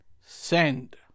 send